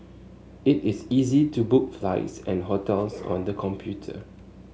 it is easy to book flights and hotels on the computer